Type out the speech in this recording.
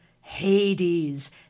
Hades